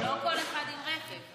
לא כל אחד עם רכב.